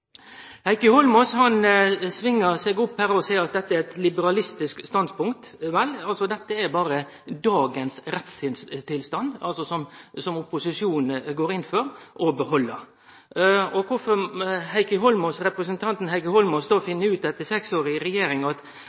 svingar seg opp her og seier at dette er eit liberalistisk standpunkt. Vel, dette er berre dagens rettstilstand, som opposisjonen går inn for å behalde. Kvifor representanten Heikki Holmås då finn ut etter seks år i regjering at